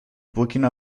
burkina